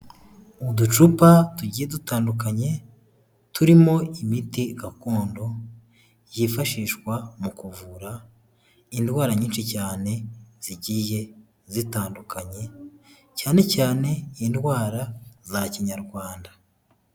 Uducupa tugiye dutandukanye, turimo imiti gakondo, yifashishwa mu kuvura indwara nyinshi cyane zigiye zitandukanye, cyane cyane indwara za kinyarwanda.